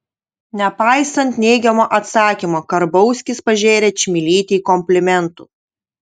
nepaisant neigiamo atsakymo karbauskis pažėrė čmilytei komplimentų